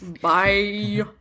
Bye